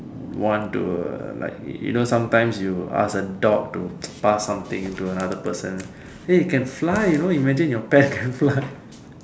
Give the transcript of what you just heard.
want to like you know sometimes you ask a dog to pass something to another person eh it can fly you know imagine if your pet can fly